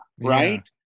right